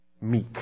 meek